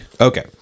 Okay